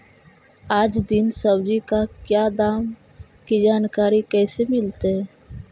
आज दीन सब्जी का क्या दाम की जानकारी कैसे मीलतय?